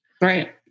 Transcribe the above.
Right